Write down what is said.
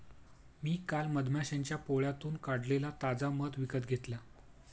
मी काल मधमाश्यांच्या पोळ्यातून काढलेला ताजा मध विकत घेतला